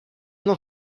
not